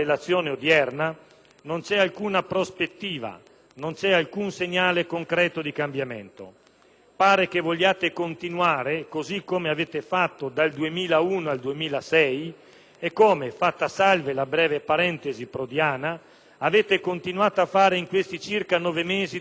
non c'è alcuna prospettiva, non c'è alcun segnale concreto di cambiamento: pare che vogliate continuare così come avete fatto dal 2001 al 2006 e come, fatta salva la breve parentesi prodiana, avete continuato a fare in questi circa nove mesi di vostro Governo,